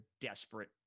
desperate